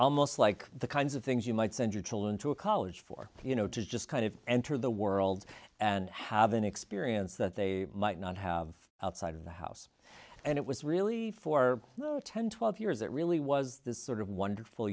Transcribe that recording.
almost like the kinds of things you might send your children to a college for you know to just kind of enter the world and have an experience that they might not have outside of the house and it was really for ten twelve years it really was this sort of wonderful